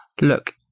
look